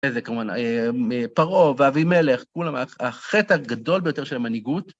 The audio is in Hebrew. איזה, כמובן, פרעה ואבימלך, כולם... החטא הגדול ביותר של המנהיגות...